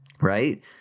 right